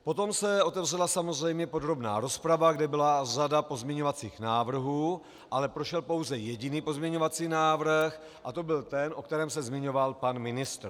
Potom se otevřela samozřejmě podrobná rozprava, kde byla řada pozměňovacích návrhů, ale prošel pouze jediný pozměňovací návrh a to byl ten, o kterém se zmiňoval pan ministr.